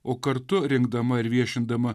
o kartu rinkdama ir viešindama